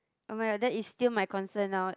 oh my that is still my concern now